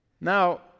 Now